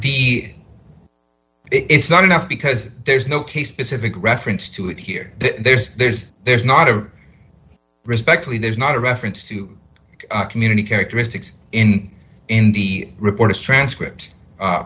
be it's not enough because there's no case pacific reference to it here there's there's there's not a respectfully there's not a reference to community characteristics in in the reports transcript